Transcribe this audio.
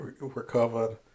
recovered